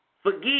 Forgive